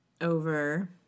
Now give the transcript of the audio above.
over